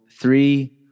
three